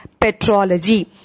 petrology